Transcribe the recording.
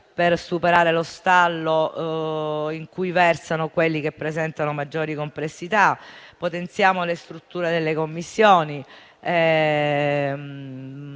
per superare lo stallo in cui versano quelli che presentano maggiori complessità, e potenziamo le strutture delle Commissioni.